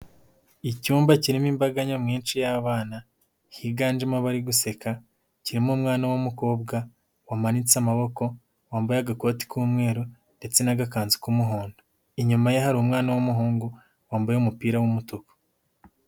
Icyumba kirimo imbaga nyamwinshi y'abana higanjemo aba guseka kirimo umwana w'umukobwa wamanitse amaboko, wambaye agakoti k'umweru ndetse n'agakanzu k'umuhondo. Inyuma ye hari umwana w'umuhungu wambaye umupira w'umutuku.